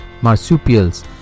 marsupials